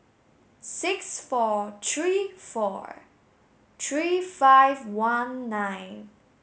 six four three four three five one nine